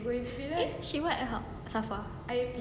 eh she was at her